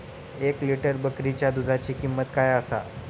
एक लिटर बकरीच्या दुधाची किंमत काय आसा?